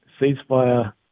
ceasefire